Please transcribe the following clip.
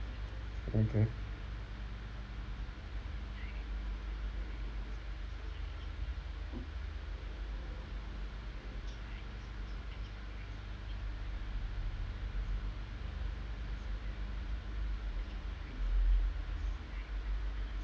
okay